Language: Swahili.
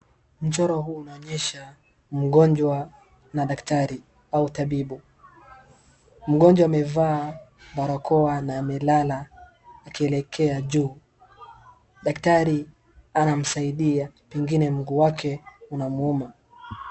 Mchoro huu unaonyesha mgonjwa na daktari au tabibu. Mgonjwa amevaa barakoa na amelala akielekea juu. Daktari anamsaidia pengine mguu wake unamuuma.